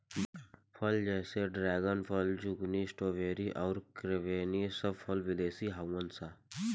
बहुत फल जैसे ड्रेगन फल, ज़ुकूनी, स्ट्रॉबेरी आउर क्रेन्बेरी सब विदेशी हाउअन सा